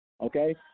Okay